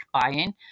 buying